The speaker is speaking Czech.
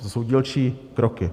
To jsou dílčí kroky.